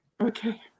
okay